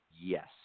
yes